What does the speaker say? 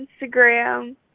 Instagram